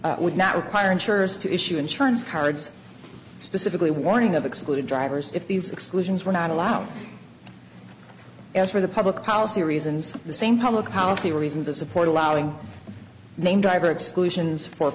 allow would not require insurers to issue insurance cards specifically warning of excluded drivers if these exclusions were not allowed as for the public policy reasons the same public policy reasons of support allowing name driver exclusions for